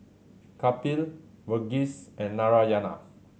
Kapil Verghese and Narayana